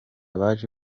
baje